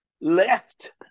left